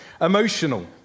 emotional